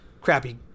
crappy